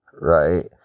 right